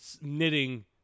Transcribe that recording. knitting